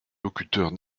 locuteurs